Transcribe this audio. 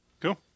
Cool